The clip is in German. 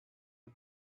die